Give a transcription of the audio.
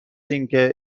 اینکه